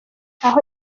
aho